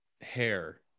hair